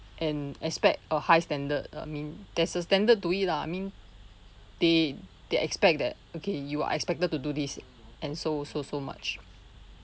and expect a high standard I mean there's a standard to it lah I mean they they expect that okay you are expected to do this and so so so much